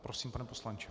Prosím, pane poslanče.